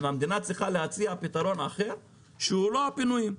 המדינה צריכה להציע פתרון אחר שהוא לא הפינויים,